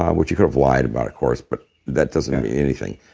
um which he could have lied about, of course, but that doesn't mean anything.